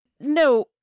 no